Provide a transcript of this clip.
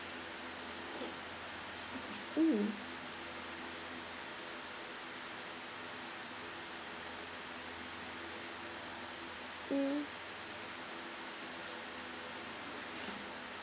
mm mm